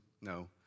No